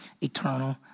eternal